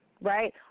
right